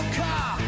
car